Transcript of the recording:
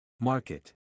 Market